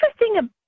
interesting